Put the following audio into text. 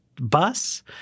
bus